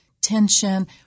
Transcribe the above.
tension